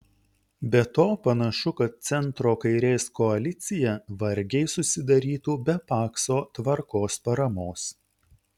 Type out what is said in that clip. be to panašu kad centro kairės koalicija vargiai susidarytų be pakso tvarkos paramos